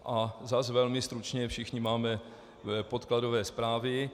A zase velmi stručně, všichni máme podkladové zprávy.